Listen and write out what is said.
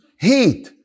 Heat